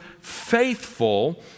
faithful